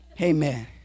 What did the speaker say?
Amen